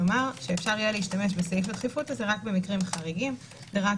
כלומר שאפשר יהיה להשתמש בסעיף הדחיפות הזה רק במקרים חריגים ורק